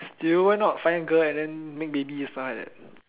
still why not find girl and then make baby something like that